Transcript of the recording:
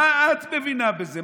מה את מבינה בזה?